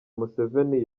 museveni